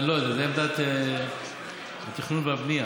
אני לא יודע, זו עמדת התכנון והבנייה.